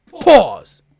pause